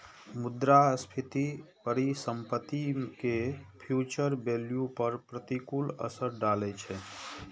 मुद्रास्फीति परिसंपत्ति के फ्यूचर वैल्यू पर प्रतिकूल असर डालै छै